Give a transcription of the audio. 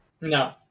No